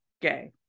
gay